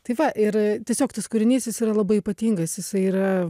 tai va ir tiesiog tas kūrinys jis yra labai ypatingas jisai yra